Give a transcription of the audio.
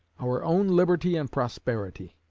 our own liberty and prosperity.